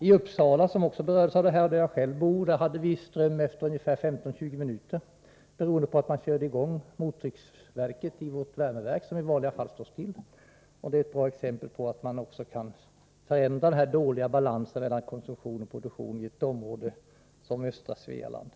I Uppsala, som också berördes av avbrottet och där jag själv bor, hade vi ström efter 15-20 minuter, beroende på att man körde i gång mottrycksverket i vårt värmeverk som i vanliga fall står stilla. Det är ett bra exempel på att man också kan förändra den dåliga balansen mellan konsumtion och produktion i ett område som östra Svealand.